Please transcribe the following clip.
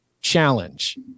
challenge